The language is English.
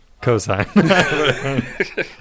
Cosine